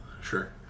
Sure